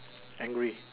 angry